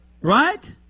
Right